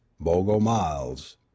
Bogomiles